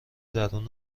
درون